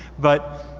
but